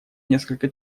несколько